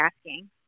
asking